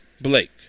Blake